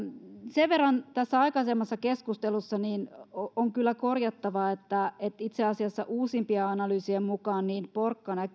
sen verran tässä aikaisemmassa keskustelussa on kyllä korjattavaa että itse asiassa uusimpien analyysien mukaan porkkana